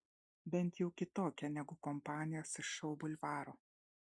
bent jau kitokia negu kompanijos iš šou bulvaro